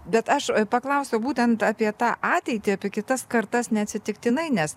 bet aš paklausiau būtent apie tą ateitį apie kitas kartas neatsitiktinai nes